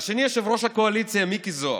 והשני, יושב-ראש הקואליציה מיקי זוהר.